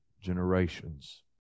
generations